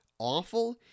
Awful